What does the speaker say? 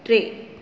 टे